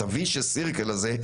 את ה- vicious circle הזה,